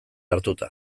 hartuta